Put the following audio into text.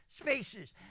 spaces